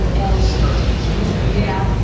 and sounds cancer-related. yeah.